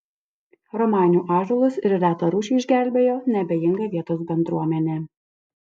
romainių ąžuolus ir retą rūšį išgelbėjo neabejinga vietos bendruomenė